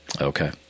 Okay